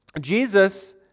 Jesus